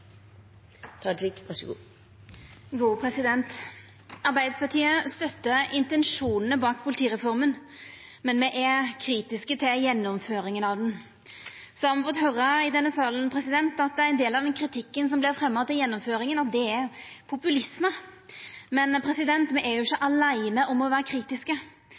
kritiske til gjennomføringa av ho. Så har me fått høyra i denne salen at ein del av kritikken som vart fremja til gjennomføringa, er populisme. Men me er ikkje aleine om å vera kritiske.